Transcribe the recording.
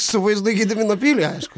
su vaizdu į gedimino pilį aišku